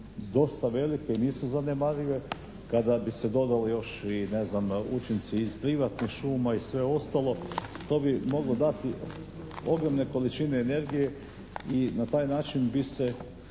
dosta velike i nisu zanemarive kada bi se dodalo još i ne znam učinci iz privatnih šuma i sve ostalo to bi moglo dati ogromne količine energije i na taj način bi se